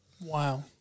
Wow